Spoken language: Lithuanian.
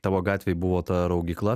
tavo gatvėj buvo ta raugykla